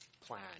plan